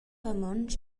romontsch